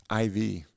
IV